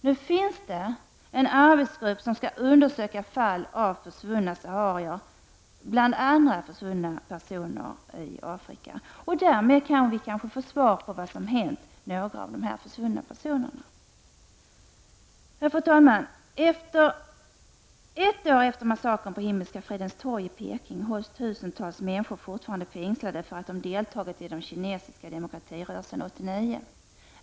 Nu finns det en arbetsgrupp som skall undersöka bl.a. fall av försvunna saharier. Därmed kan vi kanske få svar på vad som har hänt några av de försvunna personerna. Fru talman! Ett år efter massakern på Himmelska fridens torg i Peking hålls tusentals människor fortfarande fängslade för att de deltagit i den kinesiska demokratirörelsen 1989.